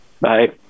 Bye